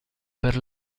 per